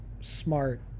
smart